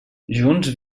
junts